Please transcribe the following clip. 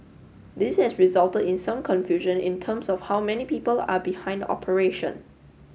this has resulted in some confusion in terms of how many people are behind the operation